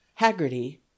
haggerty